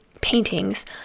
paintings